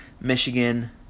Michigan